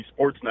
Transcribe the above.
Sportsnet